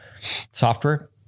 software